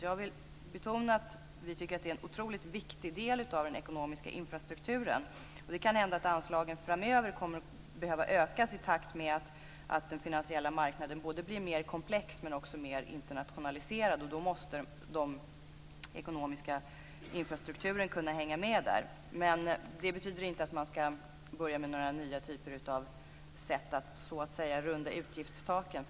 Jag vill betona att vi tycker att det är en otroligt viktig del av den ekonomiska infrastrukturen. Det kan hända att anslagen kommer att behöva ökas framöver i takt med att den finansiella marknaden blir mer komplex och mer internationaliserad. Då måste den ekonomiska infrastrukturen kunna hänga med. Men det betyder inte att man ska börja med några nya sätt att så att säga runda utgiftstaken.